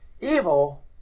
evil